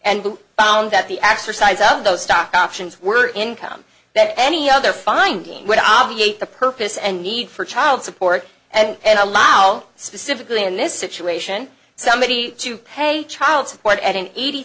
who found that the exercise of those stock options were income that any other finding would obviate the purpose and need for child support and allow specifically in this situation somebody to pay child support at an eighty